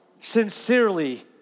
sincerely